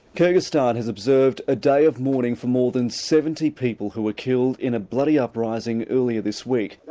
kyrgyzstan has observed a day of mourning for more than seventy people who were killed in a bloody uprising earlier this week.